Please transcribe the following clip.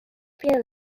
being